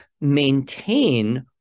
maintain